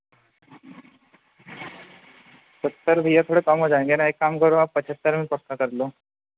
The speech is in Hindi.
सत्तर भैया थोड़े कम हो जाएँगे ना एक काम करो आप पचहत्तर में पक्का कर लो